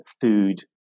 food